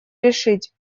решить